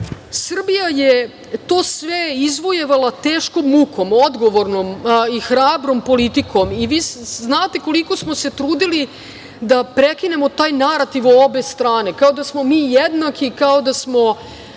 Srbija je to sve izvojevala teškom mukom, odgovornom i hrabrom politikom i vi znate koliko smo se trudili da prekinemo taj narativ obe strane, kao da smo mi jednaki, kao da smo